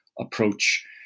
approach